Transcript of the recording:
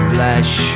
Flesh